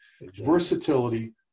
Versatility